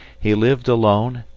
he lived alone,